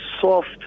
soft